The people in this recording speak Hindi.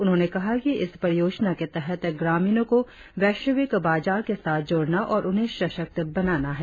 उन्होंने कहा कि इस परियोजना के तहत ग्रामीणों को वैश्विक बाजार के साथ जोड़ना और उन्हें सशक्त बनाना है